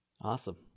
Awesome